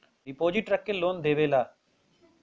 deposit रख के loan देवेला